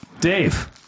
dave